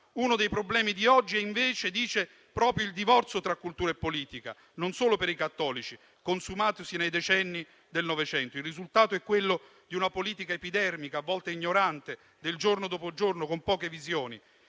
Uno dei problemi di oggi è invece - dice - proprio il divorzio tra cultura e politica non solo per i cattolici, consumatosi nei decenni nel Novecento. Il risultato è quello di una politica epidermica, a volte ignorante, del giorno dopo giorno, con poche visioni;